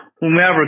whomever